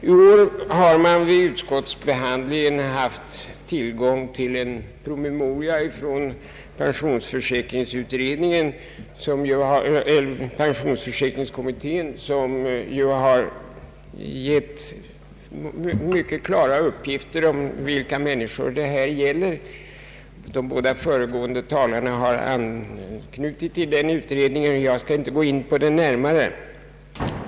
I år har man vid utskottsbehandlingen haft tillgång till en promemoria från pensionsförsäkringskommittén, som har lämnat mycket klara uppgifter om vilka människor det här gäller. De båda föregående talarna har anknutit till den utredningen, jag skall inte gå in på den närmare.